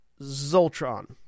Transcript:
Zoltron